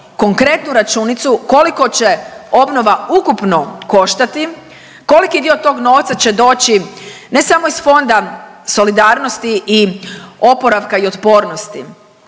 konkretnu računicu koliko će obnova ukupno koštati, koliki dio tog novca će doći ne samo iz Fonda solidarnosti i oporavka i otpornosti